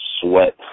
sweat